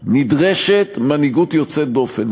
נדרשת מנהיגות יוצאת דופן.